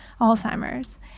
Alzheimer's